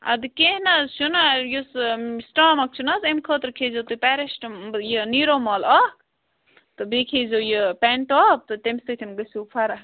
اَدٕ کینٛہہ نہٕ حظ چھُ نہٕ یُس سٹامَک چھُ نہ حظ امہ خٲطرٕ کھے زیٚو تُہۍ یہِ نیٖرومال اکھ تہٕ بیٚیہِ کھے زیٚو یہِ پیٚنٹاپ تہٕ تمہ سۭتۍ گژھو فرکھ